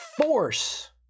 force